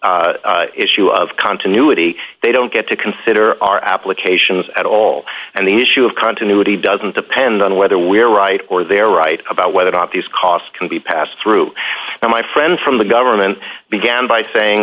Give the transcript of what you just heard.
irrelevant issue of continuity they don't get to consider our applications at all and the issue of continuity doesn't depend on whether we are right or they are right about whether or not these costs can be passed through and my friend from the government began by saying